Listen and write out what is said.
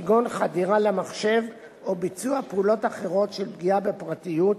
כגון חדירה למחשב או ביצוע פעולות אחרות של פגיעה בפרטיות,